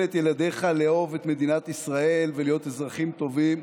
את ילדיך לאהוב את מדינת ישראל ולהיות אזרחים טובים.